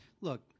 look